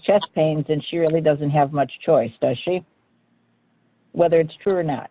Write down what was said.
chest pains and she really doesn't have much choice does she whether it's true or